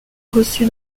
reçu